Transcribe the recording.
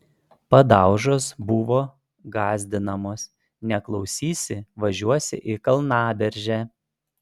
padaužos buvo gąsdinamos neklausysi važiuosi į kalnaberžę